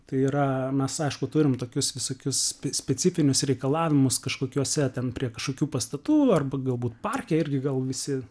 tai yra mes aišku turim tokius visokius specifinius reikalavimus kažkokiuose ten prie kažkokių pastatų arba galbūt parke irgi gal visi